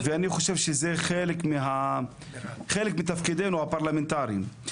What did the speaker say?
ואני חושב שזה חלק מתפקידנו הפרלמנטרי.